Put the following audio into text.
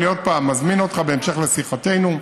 בהמשך לשיחתנו,